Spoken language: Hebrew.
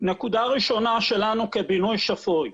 נקודה ראשונה שלנו כבינוי שפוי.